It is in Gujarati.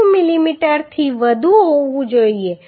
52 મિલીમીટરથી વધુ હોવી જોઈએ